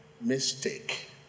mistake